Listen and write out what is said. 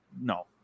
no